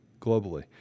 globally